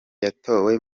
yatowe